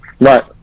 Right